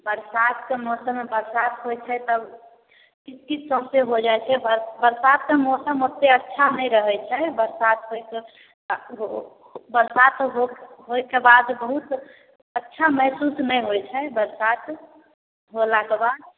बरसातके मौसममे बरसात होइ छै तब किच किच सौँसे हो जाइ छै बरसातके मौसम ओतेक अच्छा नहि रहै छै बरसात बरसात होइके बाद बहुत अच्छा महसूस नहि होइ छै बरसात होलाके बाद